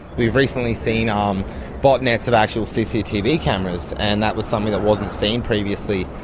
we've recently seen um botnets of actual cctv cameras, and that was something that wasn't seen previously.